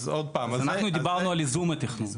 אנחנו דיברנו על ייזום התכנון.